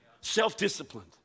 self-disciplined